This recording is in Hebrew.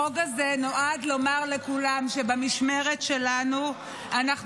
החוק הזה נועד לומר לכולם שבמשמרת שלנו אנחנו